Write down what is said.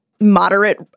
moderate